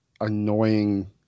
annoying